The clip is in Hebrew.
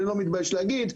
אני לא מתבייש להגיד,